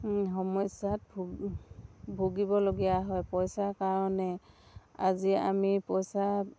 সমস্যাত ভুগি ভুগিবলগীয়া হয় পইচাৰ কাৰণে আজি আমি পইচা